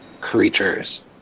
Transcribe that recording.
creatures